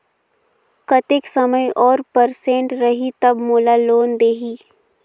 कतेक समय और परसेंट रही तब मोला लोन देही?